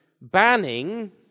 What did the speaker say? banning